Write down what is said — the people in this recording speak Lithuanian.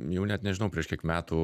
jau net nežinau prieš kiek metų